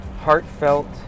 heartfelt